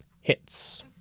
Hits